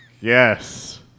Yes